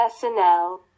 personnel